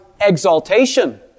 exaltation